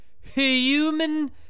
Human